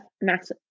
Max